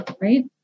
right